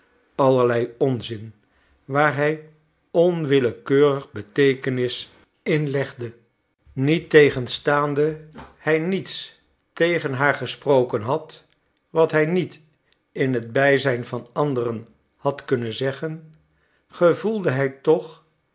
allerlei onzin waar hij onwillekeurig beteekenis in legde niettegenstaande hij niets tegen haar gesproken had wat hij niet in het bijzijn van anderen had kunnen zeggen gevoelde hij toch